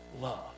love